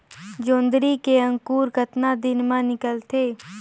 जोंदरी के अंकुर कतना दिन मां निकलथे?